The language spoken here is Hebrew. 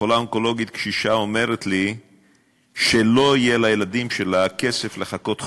כשחולה אונקולוגית קשישה אומרת לי שלא יהיה לילדים שלה כסף לחכות חודש,